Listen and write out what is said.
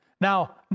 Now